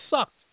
sucked